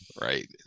right